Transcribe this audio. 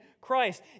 Christ